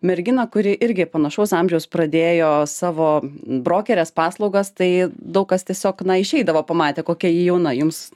merginą kuri irgi panašaus amžiaus pradėjo savo brokerės paslaugas tai daug kas tiesiog na išeidavo pamatę kokia ji jauna jums